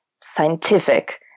scientific